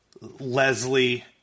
Leslie